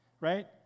right